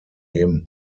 him